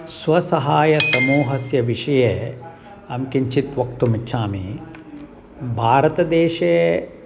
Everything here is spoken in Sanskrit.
स्वसहायसमूहस्य विषये अहं किञ्चित् वक्तुमिच्छामि भारतदेशे